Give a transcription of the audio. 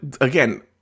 again